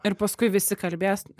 ir paskui visi kalbės